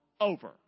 over